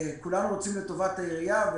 כולם רוצים את טובת העירייה.